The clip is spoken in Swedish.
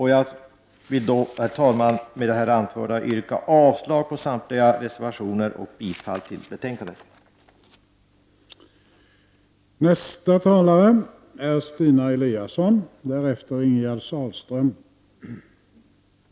Herr talman! Med det anförda yrkar jag avslag på samtliga reservationer och bifall till utskottets hemställan i betänkandet.